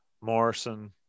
morrison